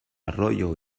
arroyo